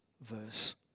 verse